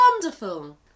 wonderful